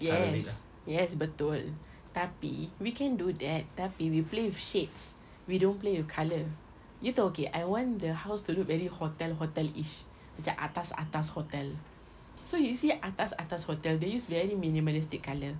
yes yes betul tapi we can do that tapi we play with shades we don't play with colour you tahu okay I want the house to look very hotel hotel ish macam atas atas hotel so you see atas atas hotel they use very minimalistic colour